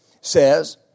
says